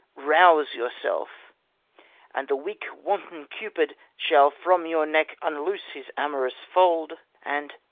rouse yourself and the weak wanton cupid shall from your neck unloose his amorous fold, and,